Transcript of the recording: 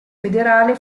federale